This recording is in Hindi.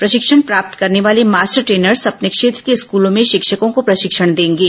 प्रशिक्षण प्राप्त करने वाले मास्टर टेनर्स अपने क्षेत्र के स्कूलों में शिक्षकों को प्रशिक्षण देंगे